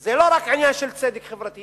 זה לא רק עניין של צדק חברתי,